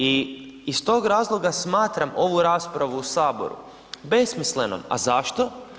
I iz tog razloga smatram ovu raspravu u Saboru besmislenom, a zašto?